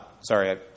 Sorry